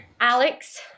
Alex